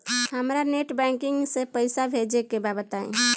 हमरा net banking से पईसा भेजे के बा बताई?